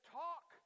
talk